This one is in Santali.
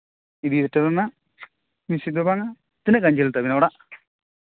ᱤᱫᱤ ᱦᱚᱴᱚ ᱨᱮᱱᱟᱜ ᱵᱮᱥᱤ ᱫᱚ ᱵᱟᱝᱼᱟ ᱛᱤᱱᱟᱹᱜ ᱜᱟᱱ ᱡᱷᱟᱹᱞ ᱛᱟᱵᱤᱱᱟ ᱚᱲᱟᱜ